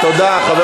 תודה.